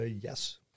Yes